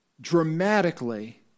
dramatically